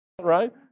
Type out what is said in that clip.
Right